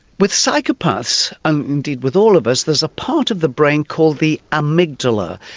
with psychopaths, and indeed with all of us, there's a part of the brain called the amygdala,